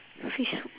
fish soup